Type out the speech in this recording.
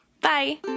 Bye